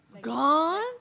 Gone